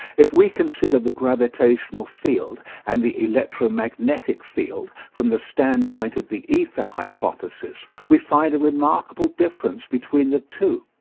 if we consider the gravitational field and the electromagnetic field from the stand-point of the ether hypothesis, we find a remarkable difference between the two.